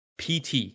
PT